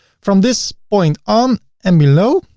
from this point on and below,